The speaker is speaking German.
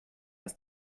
aus